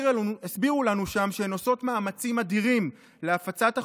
הסבירו לנו שם שהן עושות מאמצים אדירים להפצת החוזר,